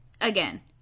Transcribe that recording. again